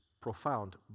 profound